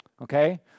Okay